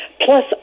plus